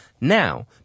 Now